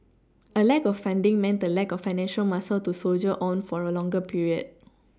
a lack of funding meant a lack of financial muscle to soldier on for a longer period